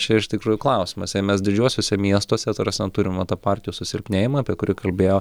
čia iš tikrųjų klausimas jei mes didžiuosiuose miestuose ta prasme turim va tą partijų susilpnėjimą apie kurį kalbėjo